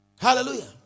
Hallelujah